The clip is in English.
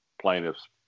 plaintiff's